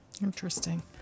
Interesting